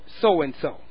so-and-so